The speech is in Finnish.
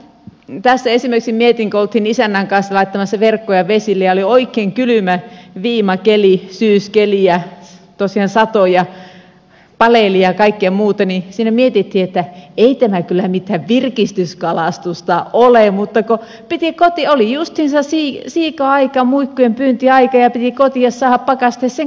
esimerkiksi kun olimme isännän kanssa laittamassa verkkoja vesille ja oli oikein kylmä viimakeli syyskeli ja tosiaan satoi ja paleli ja kaikkea muuta niin siinä mietimme että ei tämä kyllä mitään virkistyskalastusta ole mutta oli justiinsa siika aika ja muikkujen pyyntiaika ja piti kotia saada pakasteeseen kalaa